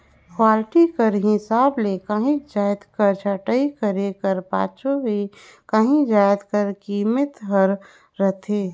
quality कर हिसाब ले काहींच जाएत कर छंटई करे कर पाछू ही काहीं जाएत कर कीमेत हर रहथे